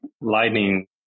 lightning